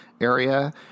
area